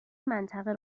منطقه